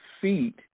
feet